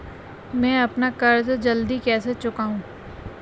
मैं अपना कर्ज जल्दी कैसे चुकाऊं?